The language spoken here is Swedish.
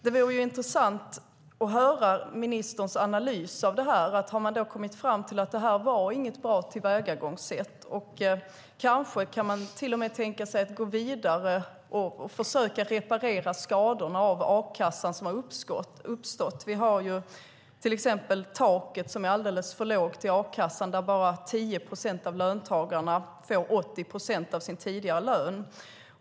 Det vore intressant att höra ministerns analys av detta. Har man kommit fram till att det inte var något bra tillvägagångssätt? Kanske kan man till och med tänka sig att gå vidare och försöka reparera de skador i a-kassan som uppstått. Vi har till exempel taket i a-kassan, som är alldeles för lågt. Bara 10 procent av löntagarna får 80 procent av sin tidigare lön.